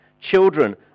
Children